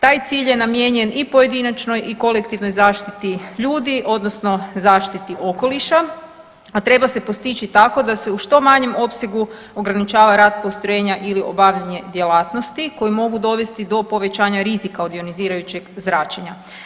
Taj cilj je namijenjen i pojedinačnoj i kolektivnoj zaštiti ljudi odnosno zaštiti okoliša, a treba se postići tako da se u što manjem opsegu ograničava rad postrojenja ili obavljanje djelatnosti koje mogu dovesti do povećanja rizika od ionizirajućeg zračenja.